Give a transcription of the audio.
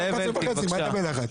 זאב אלקין, בבקשה.